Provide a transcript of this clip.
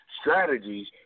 strategies